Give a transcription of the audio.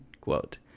quote